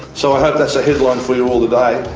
so i hope that's a headline for you all today.